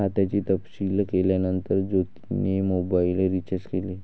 खात्याची तपासणी केल्यानंतर ज्योतीने मोबाइल रीचार्ज केले